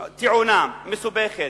טעון, מסובך.